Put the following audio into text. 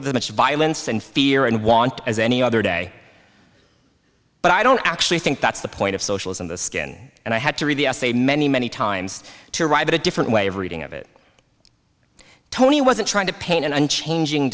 with much violence and fear and want as any other day but i don't actually think that's the point of socialism the skin and i had to read the essay many many times to arrive at a different way of reading of it tony wasn't trying to paint an unchanging